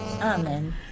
Amen